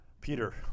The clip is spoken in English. Peter